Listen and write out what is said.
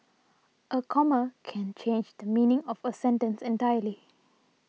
a comma can change the meaning of a sentence entirely